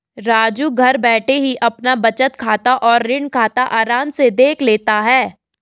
राजू घर बैठे ही अपना बचत खाता और ऋण खाता आराम से देख लेता है